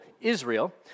Israel